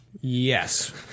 Yes